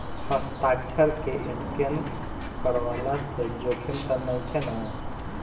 हस्ताक्षर के स्केन करवला से जोखिम त नइखे न?